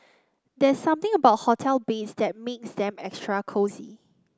there's something about hotel beds that makes them extra cosy